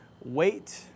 wait